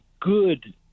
good